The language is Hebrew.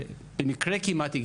ובמקרה כמעט,